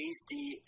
Tasty